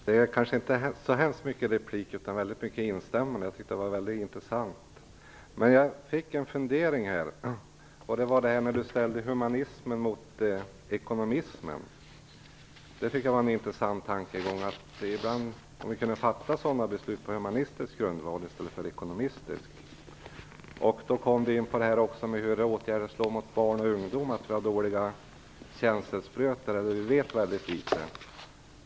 Fru talman! Det blir kanske inte så mycket en replik utan mera ett instämmande. Jag tyckte att det som Bo Holmberg sade var mycket intressant. Bo Holmberg ställde humanismen mot ekonomismen. Det var en intressant tankegång, att vi ibland skulle kunna fatta beslut på humanistisk grundval i stället för ekonomistisk. Bo Holmberg kom också in på hur åtgärder slår mot barn och ungdom och att vi har dåliga känselspröt och vet väldigt litet.